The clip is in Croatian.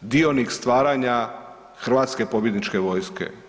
dionik stvaranja hrvatske pobjedničke vojske.